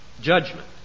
judgment